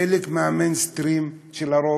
חלק מהמיינסטרים של הרוב.